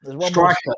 Striker